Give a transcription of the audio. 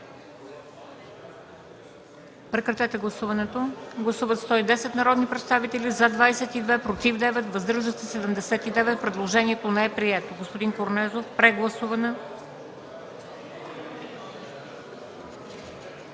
да отпадне. Гласували 110 народни представители: за 22, против 9, въздържали се 79. Предложението не е прието. Господин Корнезов – прегласуване.